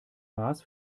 maß